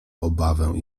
obawę